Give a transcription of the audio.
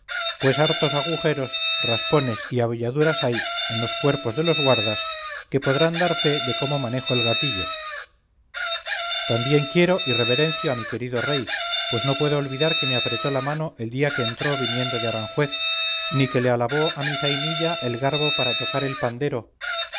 pues hartos agujeros raspones y abolladuras hay en los cuerpos de los guardas que podrán dar fe de cómo manejo el gatillo también quiero y reverencio a mi querido rey pues no puedo olvidar que me apretó la mano el día que entró viniendo de aranjuez ni que le alabó a mi zainilla el garbo para tocar el pandero